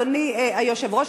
אדוני היושב-ראש,